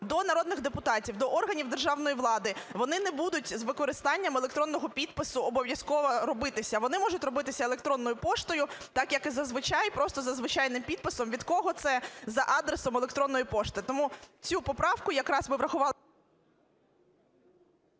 до народних депутатів, до органів державної влади, вони не будуть з використанням електронного підпису обов’язково робитися, вони можуть робитися електронною поштою, так, як і зазвичай, просто за звичайним підписом, від кого це, за адресою електронної пошти. Тому цю поправку якраз ви врахували…